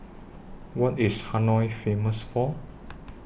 What IS Hanoi Famous For